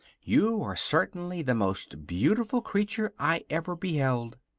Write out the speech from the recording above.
you are certainly the most beautiful creature i ever beheld.